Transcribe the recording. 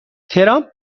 ترامپ